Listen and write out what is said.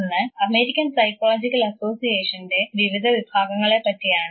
ഒന്ന് American psychological അസോസിയേഷൻറെ വിവിധ വിഭാഗങ്ങളെപ്പറ്റിയാണ്